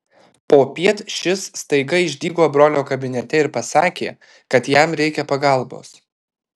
popiet šis staiga išdygo brolio kabinete ir pasakė kad jam reikia pagalbos